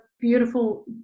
beautiful